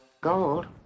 Gold